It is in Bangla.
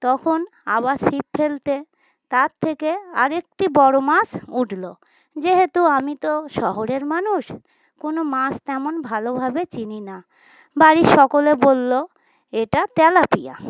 তখন আবার ছিপ ফেলতে তার থেকে আরেকটি বড়ো মাছ উঠলো যেহেতু আমি তো শহরের মানুষ কোনো মাছ তেমন ভালোভাবে চিনি না বাড়ির সকলে বলল এটা তেলাপিয়া